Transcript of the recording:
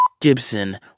Gibson